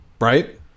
Right